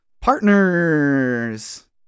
Partners